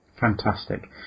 Fantastic